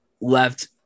left